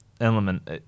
element